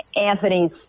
Anthony's